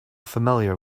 familiar